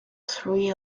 three